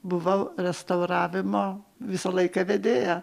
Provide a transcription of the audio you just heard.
buvau restauravimo visą laiką vedėja